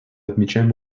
отмечаем